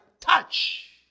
touch